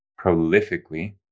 prolifically